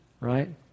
right